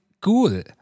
cool